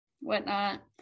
whatnot